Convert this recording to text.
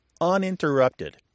uninterrupted